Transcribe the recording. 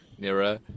Nira